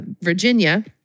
Virginia